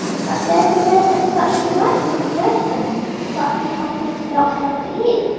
but then the man had such delightful suggestions about him of things dogs love to eat,